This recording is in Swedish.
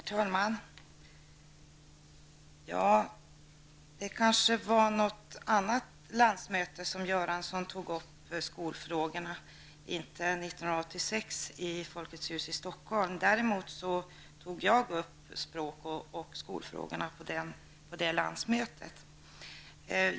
Herr talman! Det kanske var något annat landsmöte än det som ägde rum år 1986 i Folkets hus i Stockholm som Bengt Göransson tog upp skolfrågorna på. Däremot tog jag upp språk och skolfrågorna på det landsmötet.